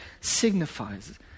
signifies